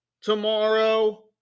tomorrow